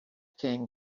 king